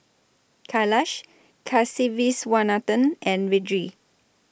Kailash Kasiviswanathan and Vedre